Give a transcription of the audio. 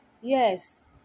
yes